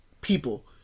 people